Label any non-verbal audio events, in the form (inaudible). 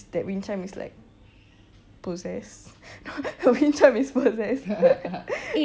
that wind chime is like possessed (laughs) the wind chime is possessed (laughs)